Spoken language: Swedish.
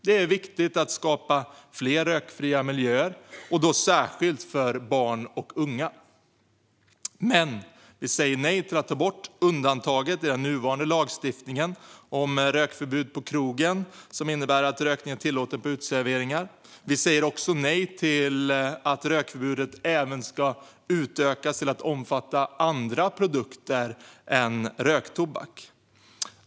Det är viktigt att skapa fler rökfria miljöer, särskilt för barn och unga. Vi säger dock nej till att ta bort det undantag i den nuvarande lagstiftningen om rökförbud på krogen som innebär att rökning är tillåten på uteserveringar. Vi säger också nej till att rökförbudet även ska utökas till att omfatta andra produkter än röktobak.